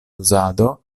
uzado